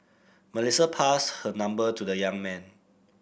Melissa passed her number to the young man